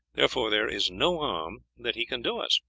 therefore there is no harm that he can do us,